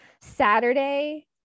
saturday